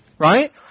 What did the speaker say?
Right